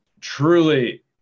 truly